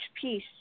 peace